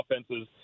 offenses